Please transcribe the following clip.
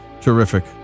terrific